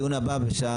הישיבה ננעלה בשעה